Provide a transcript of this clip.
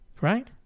right